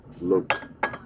look